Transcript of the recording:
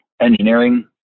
engineering